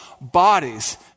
bodies